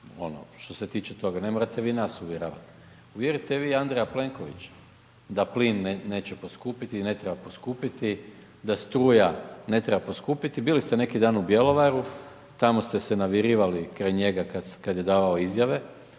što se tiče toga, ne morate vi nas uvjeravat, uvjerite vi Andreja Plenkovića da plin neće poskupiti i da ne treba poskupiti, da struja ne treba poskupiti, bili ste neki dan u Bjelovaru, tamo ste se navirivali kraj njega kad je davao izjave,